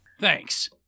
Thanks